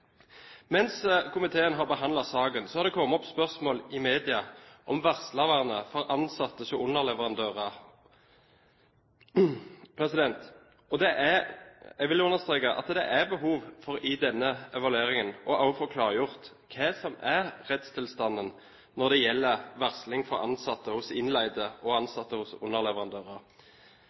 Mens komiteen har behandlet saken, har det kommet opp spørsmål i media om varslervernet for ansatte hos underleverandører. Jeg vil understreke at det er behov for i denne evalueringen også å få klargjort hva som er rettstilstanden når det gjelder varsling fra ansatte hos innleide og ansatte hos underleverandører.